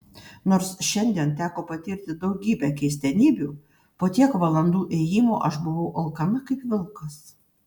nors šiandien teko patirti daugybę keistenybių po tiek valandų ėjimo aš buvau alkana kaip vilkas